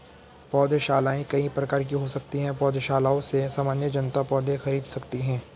पौधशालाएँ कई प्रकार की हो सकती हैं पौधशालाओं से सामान्य जनता पौधे खरीद सकती है